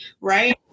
right